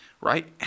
right